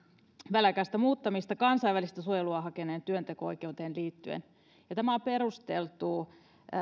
väliaikaista muuttamista kansainvälistä suojelua hakeneen työnteko oikeuteen liittyen tämä on perusteltu